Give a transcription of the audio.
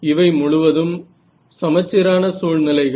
இவை முழுவதும் சமச்சீரான சூழ்நிலைகள்